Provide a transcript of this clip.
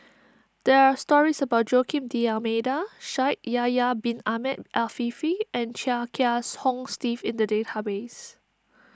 there are stories about Joaquim D'Almeida Shaikh Yahya Bin Ahmed Afifi and Chia Kiahs Hong Steve in the database